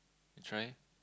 you try